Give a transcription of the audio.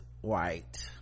white